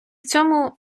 цьому